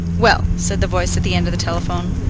well, said the voice at the end of the telephone,